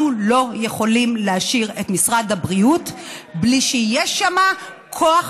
אנחנו לא יכולים להשאיר את משרד הבריאות בלי שיהיה שם כוח